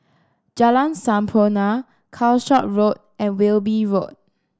Jalan Sampurna Calshot Road and Wilby Road